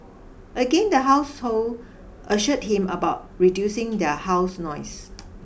again the household assured him about reducing their house noise